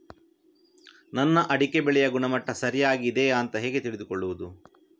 ನನ್ನ ಅಡಿಕೆ ಬೆಳೆಯ ಗುಣಮಟ್ಟ ಸರಿಯಾಗಿ ಇದೆಯಾ ಅಂತ ಹೇಗೆ ತಿಳಿದುಕೊಳ್ಳುವುದು?